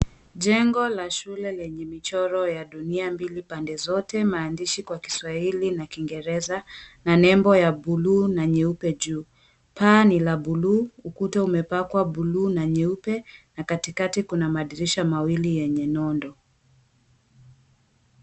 Jengo la shule lenye michoro ya dunia mbili pande zote, maandishi kwa Kiswahili na kiingereza na nembo ya buluu na nyeupe juu. Paa ni la buluu, ukuta umepakwa buluu na nyeupe na katikati kuna madirisha mawili yenye nondo.